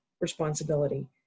responsibility